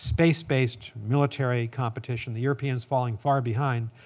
space-based military competition the europeans falling far behind.